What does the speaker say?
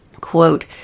Quote